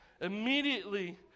Immediately